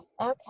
Okay